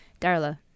Darla